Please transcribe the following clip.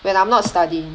when I'm not studying